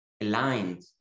aligned